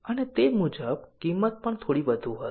અને તે મુજબ કિંમત પણ થોડી વધુ હશે